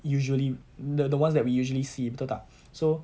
usually the the ones that we usually see betul tak so